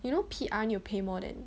you know P_R need to pay more than